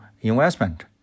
investment